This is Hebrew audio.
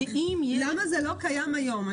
למה זה לא קיים היום?